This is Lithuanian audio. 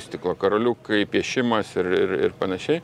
stiklo karoliukai piešimas ir ir panašiai